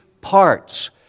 parts